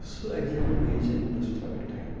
سُہ اَکہِ جایہِ پٮ۪ٹھ بیٚیہِ جایہِ نِنَس اوس لَگان ٹایم